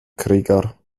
krieger